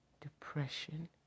Depression